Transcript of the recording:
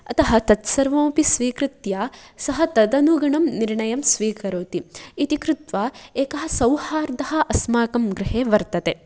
अतः तत्सर्वमपि स्वीकृत्य सः तदनुगुणं निर्णयं स्वीकरोति इति कृत्वा एकः सौहार्दः अस्माकं गृहे वर्तते